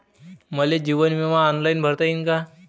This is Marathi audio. मले जीवन बिमा ऑनलाईन भरता येईन का?